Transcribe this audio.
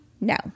No